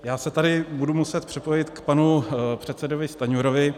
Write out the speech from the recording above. Já se tady budu muset připojit k panu předsedovi Stanjurovi.